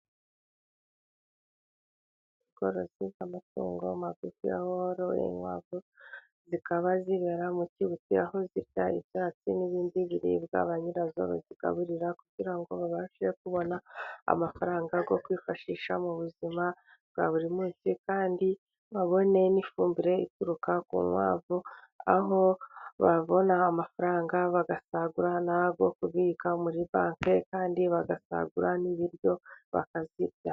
Ubworozi bw'amatungo magufi, aho inkwavu zikaba zibera mu kibuti, aho zirya ibyatsi n'izindi biribwa ba nyirazo bazigaburira kugira ngo babashe kubona amafaranga yo kwifashisha mu buzima bwa buri munsi, kandi babone n'ifumbire ituruka ku nkwavu, aho babona amafaranga bagasagura n'ayo kubika muri banke, kandi bagasagura n'ibiryo bakazirya.